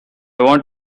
want